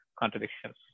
contradictions